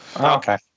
Okay